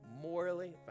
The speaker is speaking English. morally